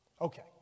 Okay